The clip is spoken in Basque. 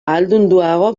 ahaldunduago